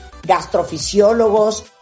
gastrofisiólogos